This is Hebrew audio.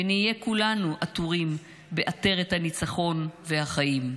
ונהיה כולנו עטורים בעטרת הניצחון והחיים,